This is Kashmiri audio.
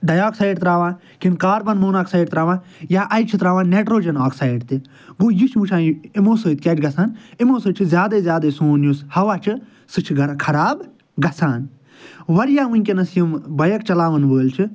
ڈاے آکسایڈ ترٛاوان کِنہٕ کاربَن موناکسایڈ ترٛاوان یا اَجہِ چھِ ترٛاوان نایٹرٛوجَن آکسایڈ تہِ گوٚو یہِ چھِ وٕچھان یہِ یِمو سۭتۍ کیٛاہ چھِ گَژھان یِمو سۭتۍ چھِ زیادے زیادے سون یُس ہَوا چھُ سُہ چھُ گرا خراب گَژھان واریاہ وٕنۍکٮ۪نَس یِم بایک چَلاوَن وٲلۍ چھِ